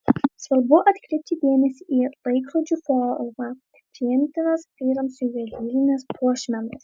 svarbu atkreipti dėmesį į laikrodžių formą priimtinas vyrams juvelyrines puošmenas